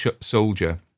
soldier